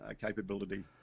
capability